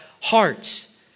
hearts